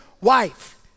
wife